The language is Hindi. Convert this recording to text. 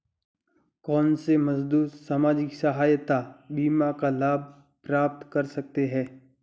कौनसे मजदूर सामाजिक सहायता बीमा का लाभ प्राप्त कर सकते हैं?